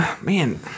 Man